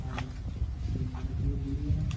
ଆଉ ବେକାର କିଏ ବୁଲିବେ ନାହିଁ